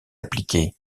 appliquée